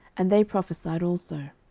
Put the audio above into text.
and they prophesied also.